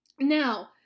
Now